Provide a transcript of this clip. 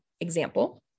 example